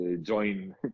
join